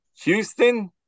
Houston